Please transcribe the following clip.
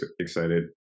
excited